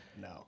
No